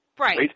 Right